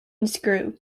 unscrew